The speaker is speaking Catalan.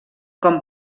com